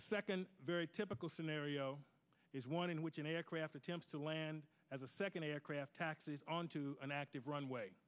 a second very typical scenario is one in which an aircraft attempts to land as a second aircraft taxis onto an active runway